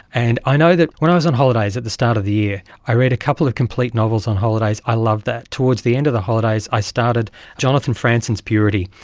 and i know that when i was on holidays at the start of the year i read a couple of complete novels on holidays, i loved that. towards the end of the holidays i started jonathan franzen's purity,